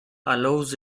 allows